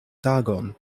tagon